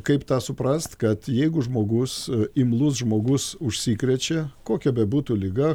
kaip tą suprast kad jeigu žmogus imlus žmogus užsikrečia kokia bebūtų liga